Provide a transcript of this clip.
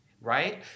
right